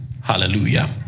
hallelujah